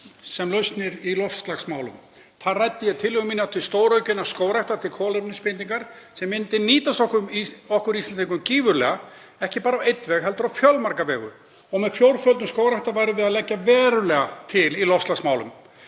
sem lausnir í loftslagsmálum. Þar ræddi ég tillögu mína um stóraukna skógrækt til kolefnisbindingar sem myndi nýtast okkur Íslendingum gífurlega, ekki bara á einn veg heldur á fjölmarga vegu. Með fjórföldun skógræktar værum við að leggja verulega til í loftslagsmálum.